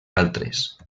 altres